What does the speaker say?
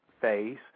phase